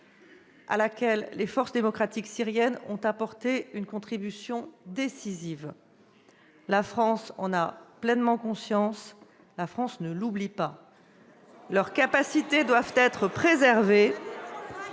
à laquelle les forces démocratiques syriennes ont apporté une contribution décisive. La France en a pleinement conscience, la France ne l'oublie pas. Cela ne suffit pas,